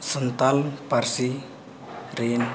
ᱥᱟᱱᱛᱟᱲ ᱯᱟᱹᱨᱥᱤ ᱨᱮᱱ